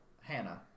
Hannah